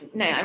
no